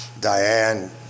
Diane